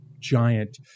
giant